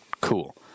Cool